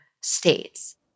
states